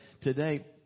today